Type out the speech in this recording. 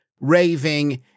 raving